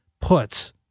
puts